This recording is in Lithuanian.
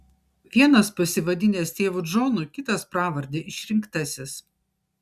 vienas pasivadinęs tėvu džonu kitas pravarde išrinktasis